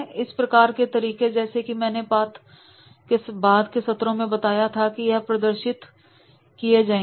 इस प्रकार के तरीके जैसा की मैंने बात के सत्रों में भी बताया था यह प्रदर्शित किए जाएंगे